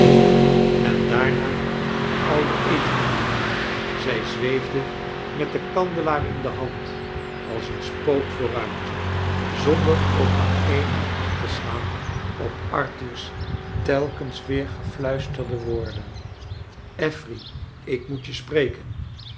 en daaraa de oude eetkamer zij zweefde met den kandelaar in de hand als een spook vooruit zonder ook maar eenmaal acht te slaan op arthur's telkens weer gefluisterde woorden affery ik moet je spreken